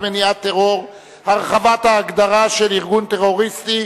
מניעת טרור (הרחבת ההגדרה של ארגון טרוריסטי),